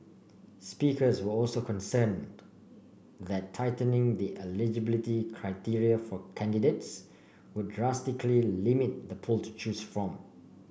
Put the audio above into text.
speakers were also concerned that tightening the eligibility criteria for candidates would drastically limit the pool to choose from